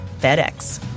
FedEx